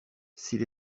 s’il